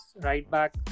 right-back